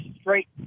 straight